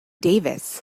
davis